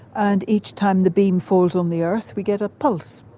and each time the beam falls on the earth we get a pulse.